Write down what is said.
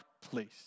place